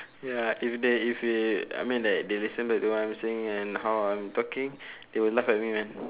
ya if they if they I mean like they listen back to what I'm saying and how I'm talking they will laugh at me man